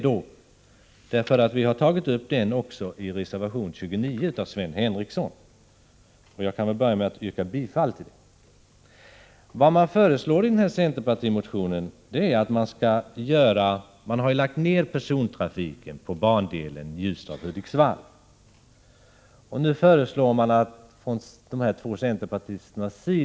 Vi har också tagit upp detta i reservation 29 av Sven Henricsson, och jag börjar med att yrka bifall. Vad man föreslår i centermotionen är att den nedlagda persontrafiken på bandelen Ljusdal-Hudiksvall skall återupptas.